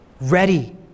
ready